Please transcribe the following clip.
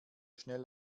schnell